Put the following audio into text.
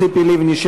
ציפי לבני,